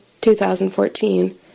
2014